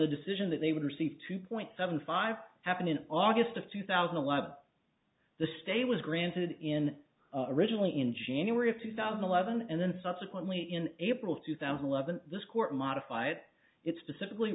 the decision that they would receive two point seven five happened in august of two thousand and eleven the stay was granted in originally in january of two thousand and eleven and then subsequently in april two thousand and eleven this court modify it it's specifically